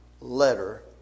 letter